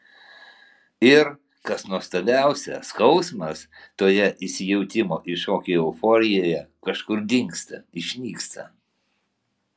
ir kas nuostabiausia skausmas toje įsijautimo į šokį euforijoje kažkur dingsta išnyksta